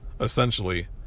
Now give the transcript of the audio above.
essentially